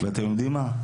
ואתם יודעים מה?